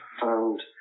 found